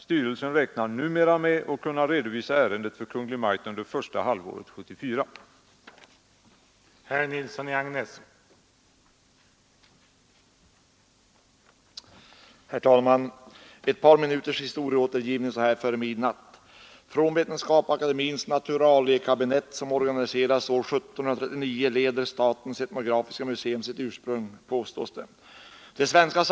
Styrelsen räknar numera med att kunna redovisa ärendet för Kungl. Maj:t under första halvåret 1974.